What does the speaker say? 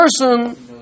person